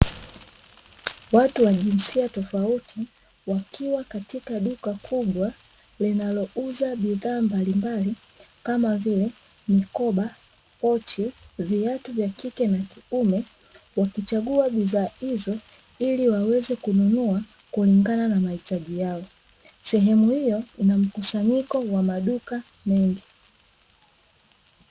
Watu wa jinsia tofauti wakiwa katika duka kubwa linalouza bidhaa mbalimbali kama vile mikoba, pochi, viatu vya kike na kiume wakichagua bidhaa hizo ili waweze kununua kulingana na mahitaji yao, sehemu hiyo inamkusanyiko wa maduka mengi.